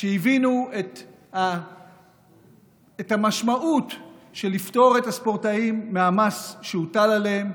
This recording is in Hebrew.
שהבינו את המשמעות של לפטור את הספורטאים מהמס שהוטל עליהם.